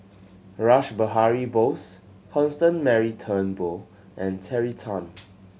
Rash Behari Bose Constance Mary Turnbull and Terry Tan